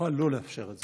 יוכל לא לאפשר את זה.